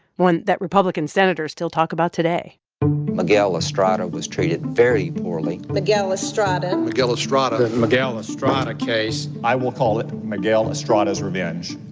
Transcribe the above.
one that republican senators still talk about today miguel estrada was treated very poorly miguel estrada and miguel estrada the miguel estrada case. i will call it miguel estrada's revenge